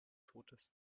totes